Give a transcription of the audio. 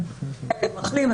אם הוא מחלים,